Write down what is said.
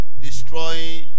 destroying